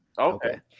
Okay